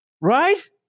right